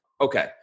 Okay